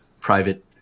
private